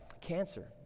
cancer